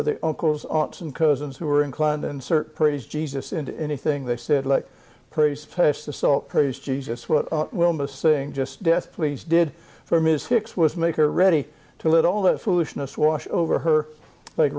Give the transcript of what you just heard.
or their uncles aunts and cousins who were inclined insert praise jesus into anything they said like praise pass the salt praise jesus what wilma saying just death please did for ms hicks was make her ready to let all that foolishness wash over her like